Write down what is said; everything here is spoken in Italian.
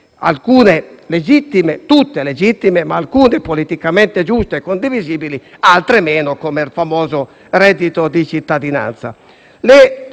correnti tutte legittime, ma alcune politicamente giuste e condivisibili e altre meno, come il famoso reddito di cittadinanza.